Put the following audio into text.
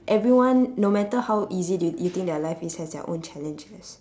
everyone no matter how easy do you you think their life is has their own challenges